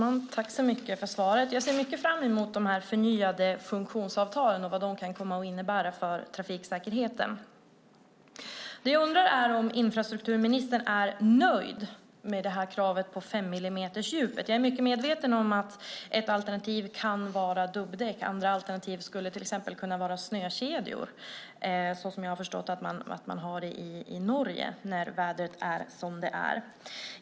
Herr talman! Jag tackar för svaret. Jag ser fram emot de förnyade funktionsavtalen och vad de kan komma att innebära för trafiksäkerheten. Jag undrar om infrastrukturministern är nöjd med kravet på femmillimetersdjupet. Jag är medveten om att ett alternativ kan vara dubbdäck. Andra alternativ skulle till exempel kunna vara snökedjor, såsom jag har förstått att man har i Norge när vädret är som det är.